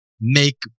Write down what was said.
make